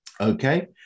okay